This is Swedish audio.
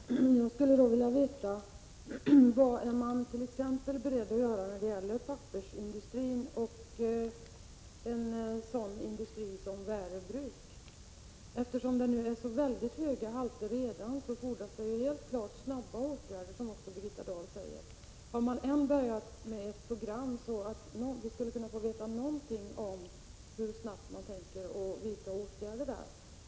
Herr talman! Jag skulle vilja veta vad man är beredd att göra t.ex. när det gäller pappersindustrin och en sådan industri som Värö bruk. Eftersom halterna redan nu är väldigt höga fordras snabba åtgärder, som också Birgitta Dahl säger. Har man redan påbörjat ett program, så att vi kan få veta någonting om hur snabbt man tänker vidta åtgärder där?